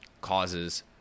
causes